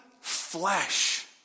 flesh